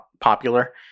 popular